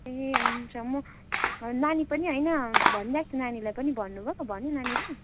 ए हुन्छ म नानी पनि होइन भनिरहेको थियो नानीलाई पनि भन्नुभयो भन्यो नानीले